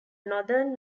northern